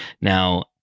Now